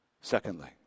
Secondly